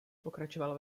pokračoval